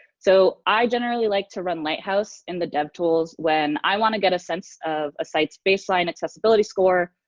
so, i generally like to run lighthouse in the devtools when i want to get a sense of a site's baseline accessibility score,